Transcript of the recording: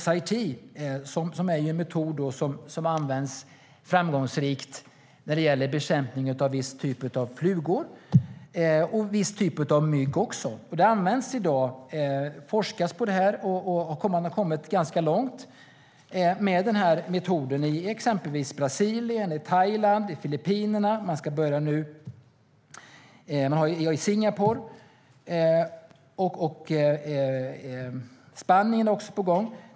SIT är en metod som används framgångsrikt när det gäller bekämpning av en viss typ av flugor och även en viss typ av mygg. Den används i dag. Det forskas på det här. Man har kommit ganska långt med den metoden i exempelvis Brasilien, Thailand, Filippinerna och Singapore - Spanien är också på gång.